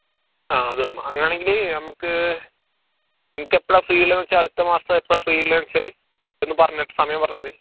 ആ അത് വേണം അങ്ങനെയാണെങ്കിൽ നമുക്ക് നിങ്ങൾക്ക് എപ്പോളാണ് ഫ്രീ ഉള്ളതെന്ന് വെച്ചാൽ അടുത്ത മാസം എപ്പോളാണ് ഫ്രീ ഉള്ളതെന്ന് വെച്ചാൽ ഒന്ന് പറഞ്ഞിട്ട് സമയം പറഞ്ഞാൽ മതി